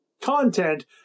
content